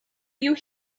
you